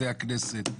בתי כנסת,